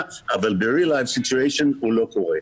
אבל ב-real life situation הוא לא קורה.